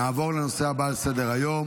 נעבור לנושא הבא על סדר-היום,